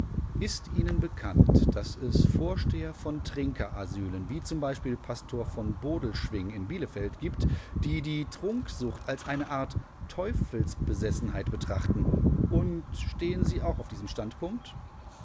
ist ihnen bekannt daß es vorsteher von trinkerasylen wie z b pastor v bodelschwingh in bielefeld gibt die die trunksucht als eine art teufelsbesessenheit betrachten und stehen sie auch auf diesem standpunkt